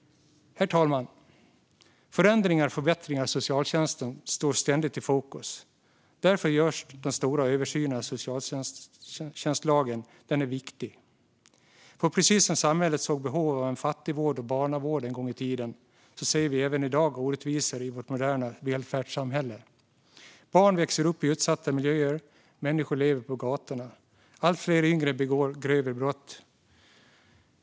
Herr talman! Förändringar och förbättringar av socialtjänsten står ständigt i fokus. Därför är den stora översynen av socialtjänstlagen viktig. För precis som samhället såg behov av en fattigvård och en barnavård en gång i tiden ser vi även i dag orättvisor i vårt moderna välfärdssamhälle. Barn växer upp i utsatta miljöer, och människor lever på gatorna. Allt fler yngre begår grövre brott.